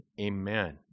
amen